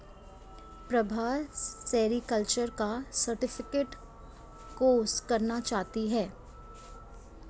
Prabha sericulture का certificate course करना चाहती है